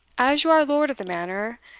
as you are lord of the manor,